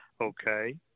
Okay